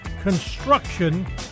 construction